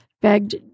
begged